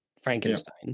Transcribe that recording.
Frankenstein